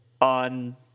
on